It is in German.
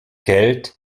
geld